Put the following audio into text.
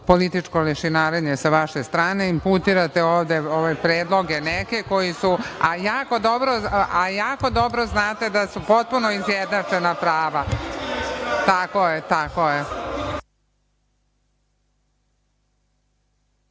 političko lešinarenje sa vaše strane. Imputirate ovde ove predloge neke koji su, a jako dobro znate da su potpuno izjednačena prava. Tako je. Tako